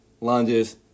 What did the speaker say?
lunges